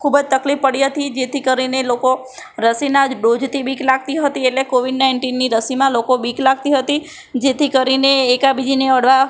ખૂબ જ તકલીફ પડી હતી જેથી કરીને લોકો રસીના જ ડોઝથી બીક લાગતી હતી એટલે કોવિડ નાઇન્ટીનની રસીમાં લોકો બીક લાગતી હતી જેથી કરીને એકબીજીને અડવા